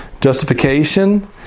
Justification